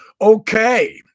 Okay